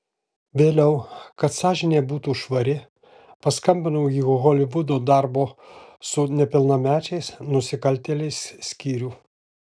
vėliau kad sąžinė būtų švari paskambinau į holivudo darbo su nepilnamečiais nusikaltėliais skyrių